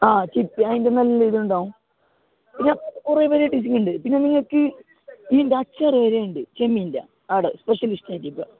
ആ ചിപ്പി അതിൻ്റെ നല്ല ഇതുണ്ടാവും പിന്നെ കുറെ വെറൈറ്റീസ് ഒക്കെയുണ്ട് പിന്നെ നിങ്ങൾക്ക് ഇതിൻ്റെ അച്ചാർ വരെയുണ്ട് ചെമ്മീൻറ്റ ആടെ സ്പെഷ്യൽ ഡിഷായിട്ട് ഇപ്പം